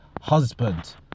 husband